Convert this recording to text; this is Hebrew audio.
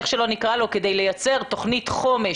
איך שלא נקרא לו כדי לייצר תוכנית חומש,